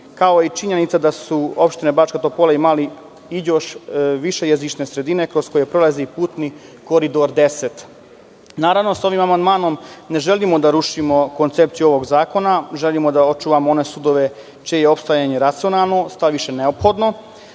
kao i činjenica da su opštine Bačka Topola i Mali Iđoš višejezične sredine kroz koje prolazi putni Koridor 10.Naravno, sa ovim amandmanom ne želimo da rušimo koncepciju ovog zakona. Želimo da očuvamo one sudove čije je opstajanje racionalno, štaviše neophodno.